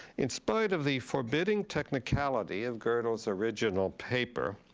in spite of the forbidding technicality of godel's original paper,